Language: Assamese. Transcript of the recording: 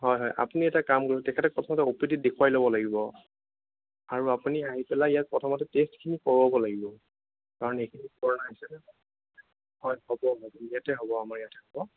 হয় হয় আপুনি এটা কাম কৰিব তেখেতক প্ৰথমে অ' পি ডিত দেখুৱাই ল'ব লাগিব আৰু আপুনি আহি পেলাই ইয়াত প্ৰথমতে টেষ্টখিনি কৰোৱাব লাগিব কাৰণ এইখিনি কৰায় হয় হ'ব ইয়াতে হ'ব আমাৰ ইয়াতে হ'ব